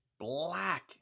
Black